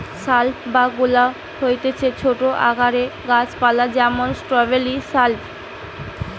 shrub বা গুল্ম হতিছে ছোট আকারের গাছ পালা যেমন স্ট্রওবেরি শ্রাব